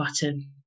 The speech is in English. button